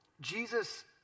Jesus